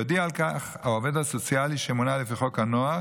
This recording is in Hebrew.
יודיע על כך העובד הסוציאלי שמונה לפי חוק הנוער